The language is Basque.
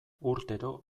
urtero